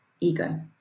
ego